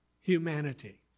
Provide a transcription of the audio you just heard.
humanity